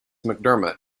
mcdermott